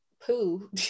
poo